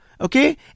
okay